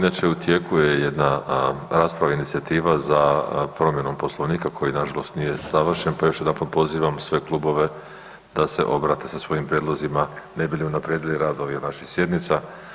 Inače u tijeku je jedna rasprava, inicijativa za promjenu Poslovnika koji na žalost nije savršen, pa još jedanput pozivam sve klubove da se obrate sa svojim prijedlozima ne bi li unaprijedili rad ovih naših sjednica.